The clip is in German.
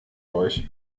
euch